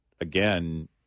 again